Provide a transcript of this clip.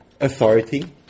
Authority